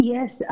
Yes